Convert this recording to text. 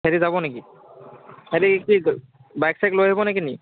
সিহঁতি যাব নেকি সিহঁতি কি বাইক চাইক লৈ আহিব নেকি